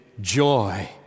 joy